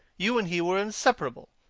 you and he were inseparable.